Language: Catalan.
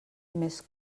més